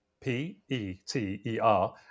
P-E-T-E-R